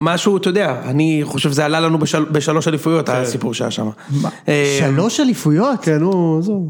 משהו אתה יודע אני חושב שזה עלה לנו בשלוש אליפויות הסיפור שהיה שם. שלוש אליפויות? כן